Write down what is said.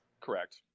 Correct